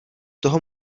toho